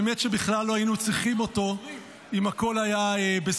האמת היא שבכלל לא היינו צריכים אותו אם הכול היה בסדר.